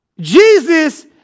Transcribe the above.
Jesus